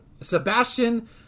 Sebastian